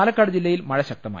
പാലക്കാട് ജില്ലയിൽ മഴ ശക്തമായി